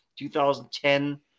2010